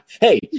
Hey